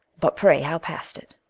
but pray how past it?